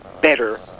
better